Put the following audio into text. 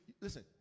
Listen